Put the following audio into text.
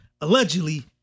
Allegedly